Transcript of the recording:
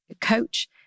coach